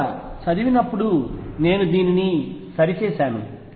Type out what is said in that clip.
ఇక్కడ చదివినప్పుడు నేను దీనిని సరిచేశాను